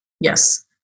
Yes